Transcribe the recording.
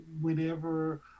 whenever